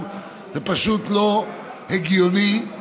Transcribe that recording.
זה פשוט לא הגיוני.